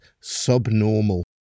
subnormal